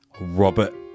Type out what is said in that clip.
Robert